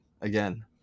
again